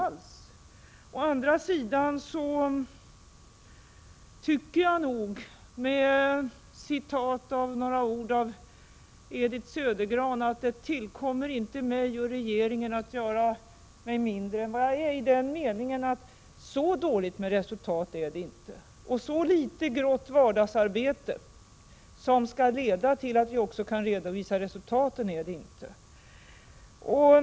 Å andra sidan tycker jag, för att tala med Edith Södergran, att det inte tillkommer mig eller regeringen att göra oss mindre än vad vi är, i den meningen att så dåligt med resultat är det inte och så litet grått vardagsarbete som skall leda till att vi också kan redovisa resultat är det inte.